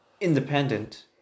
independent